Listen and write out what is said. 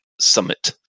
summit